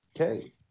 Okay